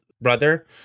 brother